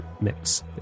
mix